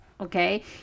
okay